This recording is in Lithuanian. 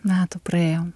metų praėjo